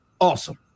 awesome